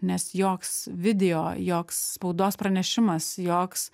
nes joks video joks spaudos pranešimas joks